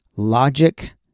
Logic